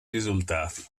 risultati